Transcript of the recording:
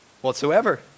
whatsoever